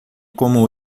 como